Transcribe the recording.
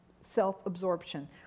self-absorption